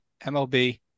MLB